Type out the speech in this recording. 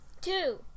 Two